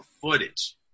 footage